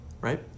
right